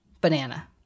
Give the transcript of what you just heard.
Banana